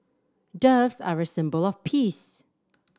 doves are a symbol of peace